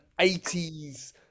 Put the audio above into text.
80s